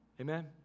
Amen